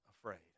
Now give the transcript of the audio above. Afraid